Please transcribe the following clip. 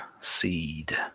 seed